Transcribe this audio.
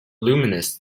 luminous